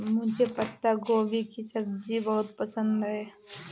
मुझे पत्ता गोभी की सब्जी बहुत पसंद है